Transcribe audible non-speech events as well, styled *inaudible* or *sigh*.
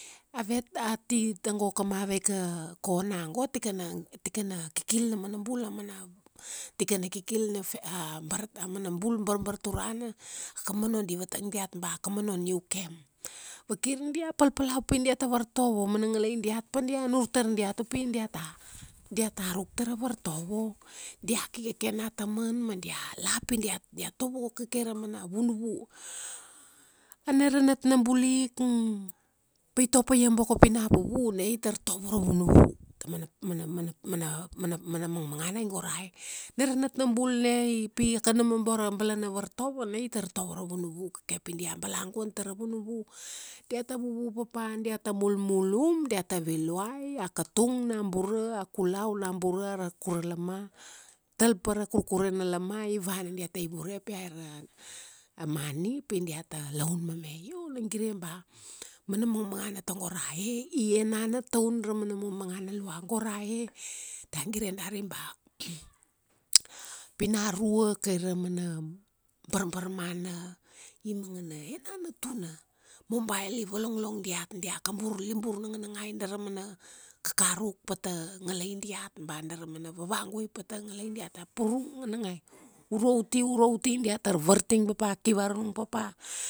avet ati tago kamave ika kona go tikana, tikana kikil na mana bul a mana, tikana kikil na fa, a bar, a mana bul barbarturana, akomono di vatang diata ba akomono niu kem. Vakir dia palpalau pi diata vartovo. Mana ngalai diat padia nur tar diat upi diata, diata ruk tara vartovo. Dia ki kake nataman ma dia la pi diat, dia tovo kake ra mana vunuvu. Nara natnabulik, pai topaia boko pina vuvu, na itar tovo ra vunuvu. Tau mana, mana, mana, mana, mana mangmangana ai go ra e. Na ra natnabul na, i pi ia kanama bo ra balana vartovo, na itar tovo ra vunuvu kake pi dia balaguan tara vunuvu, diata vuvu papa, diata mulmulum, diata viluai, a katung na bura, a kulau na bura ara kura lama. Tal pa ra kurkurene na lama ivana diata ivure pi aira, a mani pi diata laun mame. Io una gire ba, mana mangmangana tago ra e, i enanan taun ra mana mangangana lua. Go ra e, da gire dari ba, *noise* pinarua kai ramana barbarmana i mangana enana tuna. Mobile i valonglong diat dia kabur libur nanganangai dari ra mana kakaruk pata ngalai diat, ba dara mana vavaguai pata ngalai diat a pururung nanganangai. Uro uti, uro uti diatar vating papa ki varurung papa